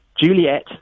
Juliet